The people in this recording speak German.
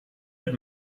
mit